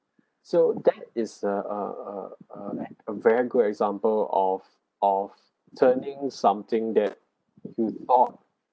so that is uh uh uh a very good example of of turning something that you thought